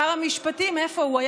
שר המשפטים, איפה הוא?